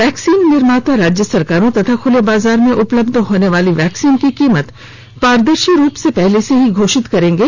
vaccine निर्माता राज्य सरकारों तथा खुले बाजार में उपलब्ध होने वाली वैक्सीन की कीमत पारदर्शी रूप से पहले से ही घोषित करेंगे